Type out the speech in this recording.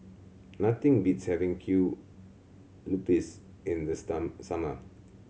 nothing beats having kue lupis in the sum summer